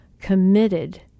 committed